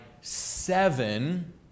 seven